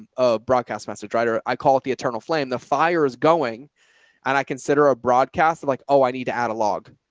a broadcast message writer. i call it the eternal flame. the fire is going and i consider a broadcast like, oh, i need to add a log.